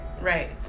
Right